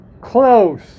close